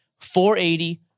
480